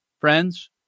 friends